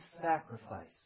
sacrifice